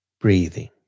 breathing